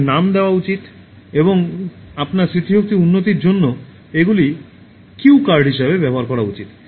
তাদের নাম দেওয়া উচিত এবং আপনার স্মৃতিশক্তির উন্নতির জন্য এগুলি কিউ কার্ড হিসাবে ব্যবহার করা উচিত